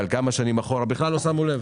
אבל כמה שנים אחורה בכלל לא שמו לב.